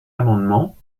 amendement